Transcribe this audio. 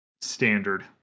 standard